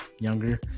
younger